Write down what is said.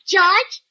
George